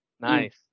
Nice